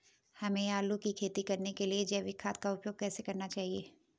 हमें आलू की खेती करने के लिए जैविक खाद का उपयोग कैसे करना चाहिए?